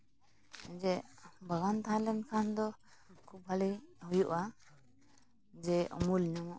ᱡᱮ ᱵᱟᱜᱟᱱ ᱛᱟᱦᱮᱸ ᱞᱮᱱᱠᱷᱟᱱ ᱫᱚ ᱠᱷᱩᱵᱽ ᱵᱷᱟᱹᱞᱤ ᱦᱩᱭᱩᱜᱼᱟ ᱡᱮ ᱩᱢᱩᱞ ᱧᱟᱢᱚᱜᱼᱟ